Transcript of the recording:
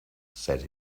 said